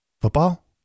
Football